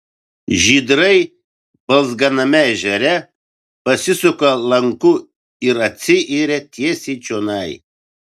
žydrai balzganame ežere pasisuka lanku ir atsiiria tiesiai čionai